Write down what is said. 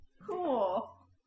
Cool